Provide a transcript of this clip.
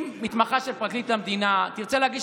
אם מתמחה של פרקליט המדינה תרצה להגיש